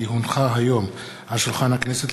כי הונחו היום על שולחן הכנסת,